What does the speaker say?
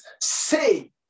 Say